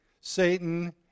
Satan